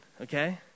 okay